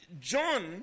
John